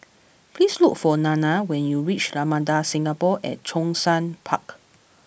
please look for Nana when you reach Ramada Singapore at Zhongshan Park